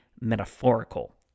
metaphorical